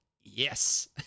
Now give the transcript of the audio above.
Yes